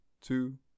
two